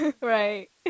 Right